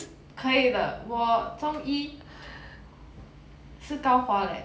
可以的我中一是高华 leh